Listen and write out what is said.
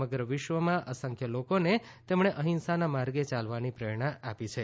સમગ્ર વિશ્વમાં અસંખ્ય લોકોને તેમણે અહિંસાના માર્ગે ચાલવાની પ્રેરણા આપી છે